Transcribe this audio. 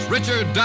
Richard